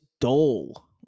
dull